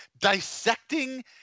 dissecting